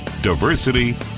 diversity